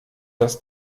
das